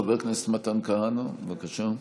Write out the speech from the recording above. חבר הכנסת מתן כהנא, בבקשה.